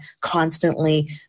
constantly